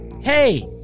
Hey